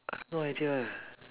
I've no idea eh